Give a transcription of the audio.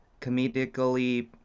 comedically